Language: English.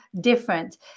different